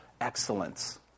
excellence